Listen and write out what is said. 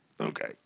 okay